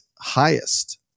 highest